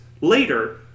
later